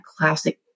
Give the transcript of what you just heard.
classic